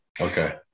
Okay